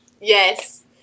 Yes